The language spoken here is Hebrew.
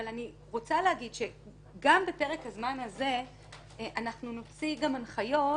אבל אני רוצה להגיד שגם בפרק הזמן הזה אנחנו נוציא גם הנחיות